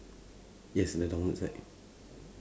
yes the downward side